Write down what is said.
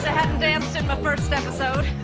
danced in my first episode.